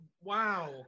wow